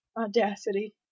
audacity